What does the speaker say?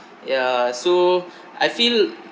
ya so I feel